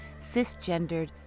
cisgendered